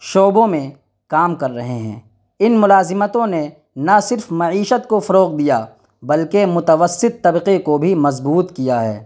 شعبوں میں کام کر رہے ہیں ان ملازمتوں نے نہ صرف معیشت کو فروغ دیا بلکہ متوسط طبقے کو بھی مضبوط کیا ہے